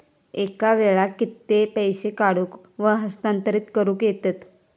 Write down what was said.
एका वेळाक कित्के पैसे काढूक व हस्तांतरित करूक येतत?